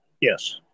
Yes